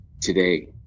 today